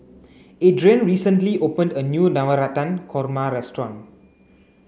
Adrienne recently opened a new Navratan Korma restaurant